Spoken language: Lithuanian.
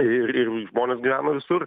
ir ir žmonės gyvena visur